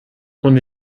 und